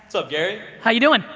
so gary? how are you doing?